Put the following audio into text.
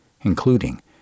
including